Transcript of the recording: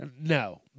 no